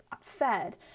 fed